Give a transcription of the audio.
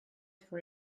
for